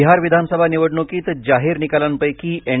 बिहार विधानसभा निवडणुकीत जाहीर निकालांपैकी एन